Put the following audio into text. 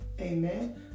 Amen